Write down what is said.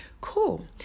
Cool